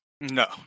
No